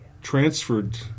transferred